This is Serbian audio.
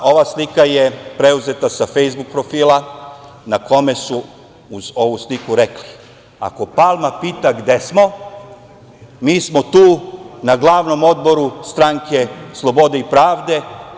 Ova slika je preuzeta sa Fejsbuk profila na kome su uz ovu sliku rekli – ako Palma pita gde smo, mi smo tu na glavnom odboru Stranke slobode i pravde.